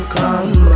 come